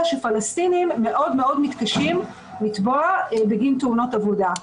שפלסטינים מתקשים מאוד לתבוע בגין תאונות עבודה.